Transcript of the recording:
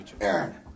Aaron